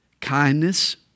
kindness